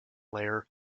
layer